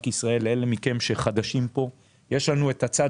לאלה מכם שחדשים פה: יש לנו את הצד